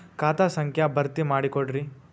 ಖಾತಾ ಸಂಖ್ಯಾ ಭರ್ತಿ ಮಾಡಿಕೊಡ್ರಿ